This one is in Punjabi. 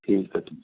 ਠੀਕ ਹੈ ਠੀਕ